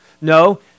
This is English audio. No